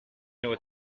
you